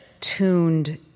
tuned